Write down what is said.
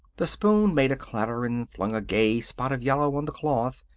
the spoon made a clatter and flung a gay spot of yellow on the cloth.